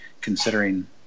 considering